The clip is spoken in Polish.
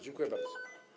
Dziękuję bardzo.